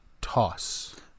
toss